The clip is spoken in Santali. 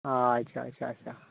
ᱟᱪᱪᱷᱟ ᱟᱪᱪᱷᱟ ᱟᱪᱪᱷᱟ